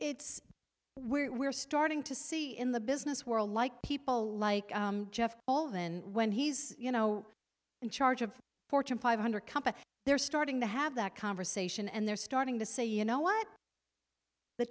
it's where we're starting to see in the business world like people like jeff all than when he's you know in charge of fortune five hundred company they're starting to have that conversation and they're starting to say you know what the